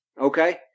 Okay